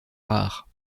rare